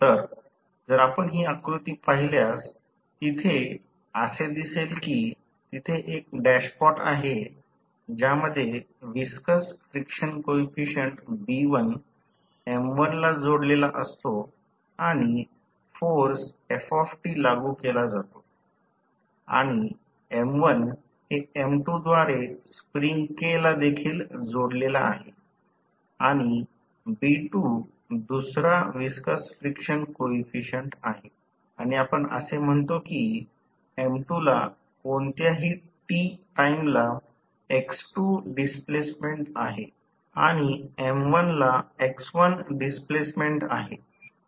तर जर आपण हि आकृती पाहिल्यास तिथे असे दिसेल कि तिथे एक डॅशपॉट आहे ज्यामध्ये व्हिस्कस फ्रिक्शन कॉइफिसिएंट M1 ला जोडलेला असतो आणि फोर्स लागू केला जातो आणि M1 हे M2 द्वारे स्प्रिंग K ला देखील जोडलेला आहे आणि B2 दुसरा व्हिस्कस फ्रिक्शन कॉइफिसिएंट आहे आणि आपण असे म्हणतो की M2 ला कोणत्याही t टाईमला x2 डिस्प्लेसमेंट आहे आणि M1 ला x1 डिस्प्लेसमेंट आहे